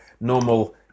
normal